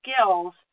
skills